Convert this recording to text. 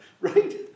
right